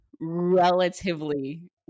relatively